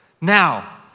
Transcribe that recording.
Now